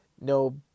no